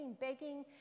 begging